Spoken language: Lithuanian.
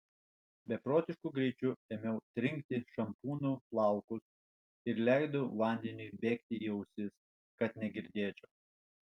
beprotišku greičiu ėmiau trinkti šampūnu plaukus ir leidau vandeniui bėgti į ausis kad negirdėčiau